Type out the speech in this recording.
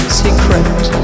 secret